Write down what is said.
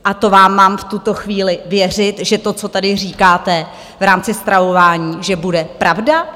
A to vám mám v tuto chvíli věřit, že to, co tady říkáte v rámci stravování, bude pravda?